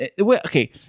Okay